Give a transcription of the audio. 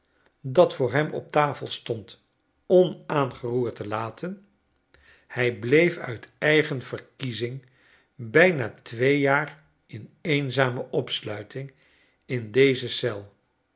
dat voor hem op tafel stond onaangeroerd te men hij bleef uit eigen verkiezingbijnatwee jaar in eenzame opsluiting in deze eel